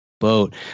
boat